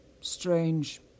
Strange